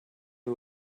who